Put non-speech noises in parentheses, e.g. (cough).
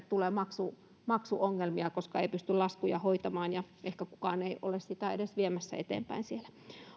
(unintelligible) tulee maksuongelmia koska ei pysty laskuja hoitamaan ja ehkä kukaan ei ole sitä edes viemässä eteenpäin siellä